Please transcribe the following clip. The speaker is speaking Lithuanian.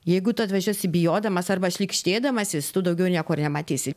jeigu tu atvažiuosi bijodamas arba šlykštėdamasis tu daugiau nieko ir nematysi